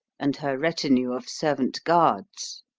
and her retinue of servant-guards.